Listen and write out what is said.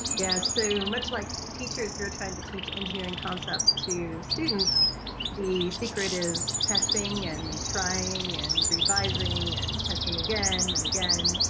yeah so much like teachers who are trying to teach engineering concepts to students the secret is testing and trying and revising and testing again and again,